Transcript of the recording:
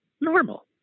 normal